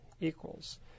equals